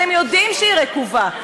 אתם יודעים שהיא רקובה.